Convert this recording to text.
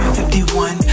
51